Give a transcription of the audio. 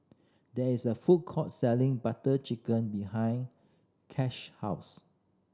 there is a food court selling Butter Chicken behind Kash house